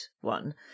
one